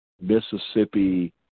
Mississippi